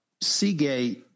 Seagate